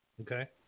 Okay